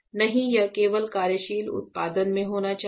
नहीं यह केवल कार्यशील उत्पादन में होना चाहिए